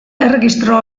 erregistro